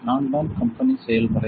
நான்தான் கம்பெனி செயல்முறை